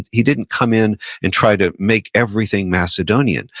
he didn't come in and try to make everything macedonian.